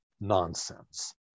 nonsense